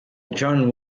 jon